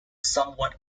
somewhat